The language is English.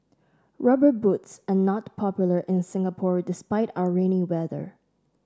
rubber boots are not popular in Singapore despite our rainy weather